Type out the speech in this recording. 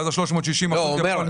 אין בעיה.